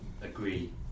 agree